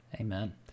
Amen